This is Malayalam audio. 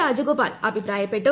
രാജഗോപാൽ അഭിപ്രായപ്പെട്ടു